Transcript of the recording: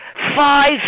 Five